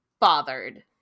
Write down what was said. bothered